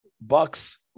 Bucks